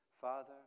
Father